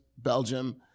Belgium